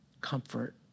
comfort